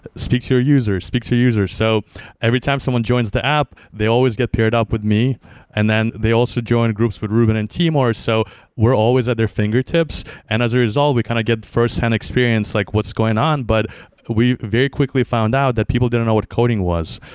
speak to our users. speak to users. so every time someone joins the app, they always get paired up with me and then they also join groups with ruben and timur. so we're always at their fingertips. and as a result, we kind of get firsthand experience like what's going on. but we very quickly found out that people didn't know what coding was.